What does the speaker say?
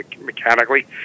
mechanically